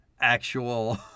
actual